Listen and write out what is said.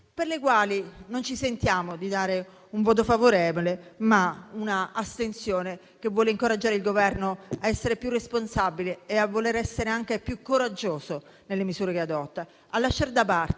per i quali non ci sentiamo di esprimere un voto favorevole. È però un'astensione che vuole incoraggiare il Governo a essere più responsabile e a voler essere anche più coraggioso nelle misure che adotta;